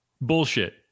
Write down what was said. bullshit